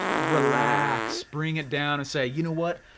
yeah relax, bring it down and say, you know what,